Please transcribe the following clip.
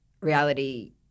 reality